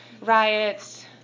Riots